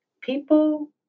people